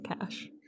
cash